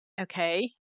Okay